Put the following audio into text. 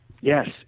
Yes